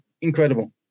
Incredible